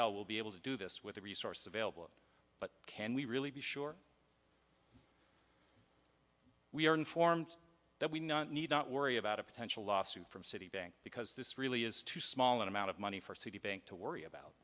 will be able to do this with the resource available but can we really be sure we are informed that we not need not worry about a potential lawsuit from citibank because this really is too small an amount of money for citibank to worry about